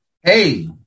Hey